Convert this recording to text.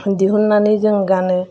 दिहुननानै जों गानो